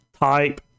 type